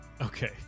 Okay